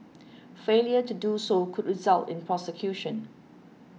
failure to do so could result in prosecution